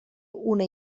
una